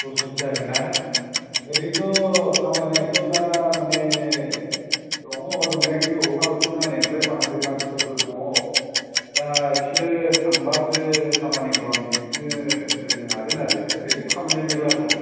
दसजनसो जागोन ना ओरैनोथ' खामानिआथ' दा मानि दङ दंनाया खिन्थु अखा बोथोरना नै आमफ्राय माखासे मानसिफोरबो दङ दा बिसोर थांबासो खामानिखौ आं नोंसिनो होनो हागोन आरो ओरैनोथ' खामानिआ मेरला दं